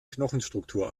knochenstruktur